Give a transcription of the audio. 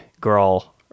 girl